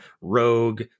rogue